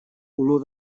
olor